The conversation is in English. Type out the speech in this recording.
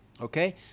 Okay